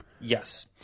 Yes